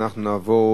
ואנחנו נעבור,